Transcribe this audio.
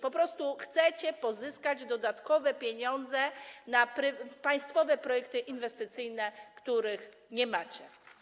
Po prostu chcecie pozyskać dodatkowe pieniądze na państwowe projekty inwestycyjne, których nie macie.